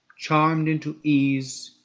charmed into ease,